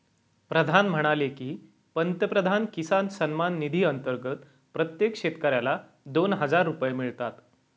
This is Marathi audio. प्रधान म्हणाले की, पंतप्रधान किसान सन्मान निधी अंतर्गत प्रत्येक शेतकऱ्याला दोन हजार रुपये मिळतात